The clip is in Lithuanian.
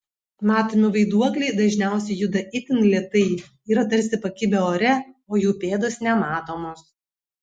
matomi vaiduokliai dažniausiai juda itin lėtai yra tarsi pakibę ore o jų pėdos nematomos